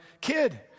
kid